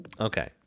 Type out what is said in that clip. Okay